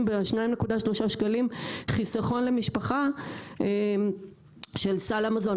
ב- 2.3 שקלים חיסכון למשפחה של סל המזון.